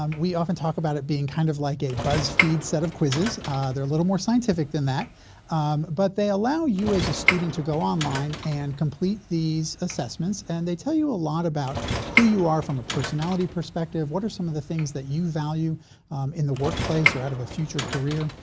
um we often talk about it being kind of like a buzzfeed set of quizzes they're a little more scientific than that but they allow you as a student to go online and complete these assessments and they tell you a lot about who you are from a personality perspective what are some of the things that you value in the workplace or out of a future career.